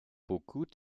beaucoup